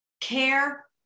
Care